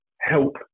help